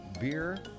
beer